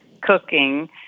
cooking